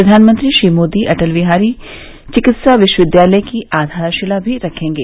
प्रधानमंत्री श्री मोदी अटल बिहारी विकित्सा विश्वविद्यालय की आधारशिला मी रखेंगे